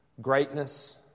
greatness